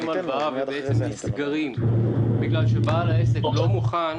הלוואה ונסגרים כי בעל העסק לא מוכן